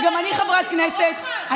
וגם אני חברת כנסת.